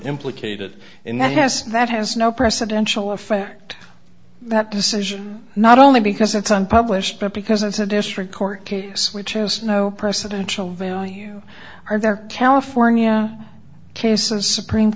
implicated in that has that has no precedential of fact that decision not only because it's unpublished but because it's a district court case which has no precedential value are there california cases supreme